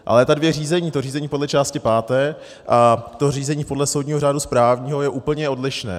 Ale ta dvě řízení to řízení podle části páté a řízení podle soudního řádu správního je úplně odlišné.